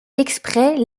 exprès